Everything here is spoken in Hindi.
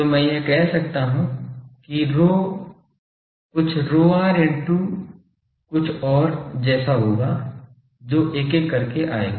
तो मैं यह कह सकता हूं कि ρ कुछ ρr into कुछ ओर जैसा होगा जो एक एक करके आएगा